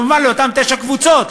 כמובן לאותן תשע קבוצות,